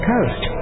Coast